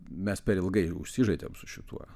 mes per ilgai užsižaidėm su šituo